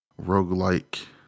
roguelike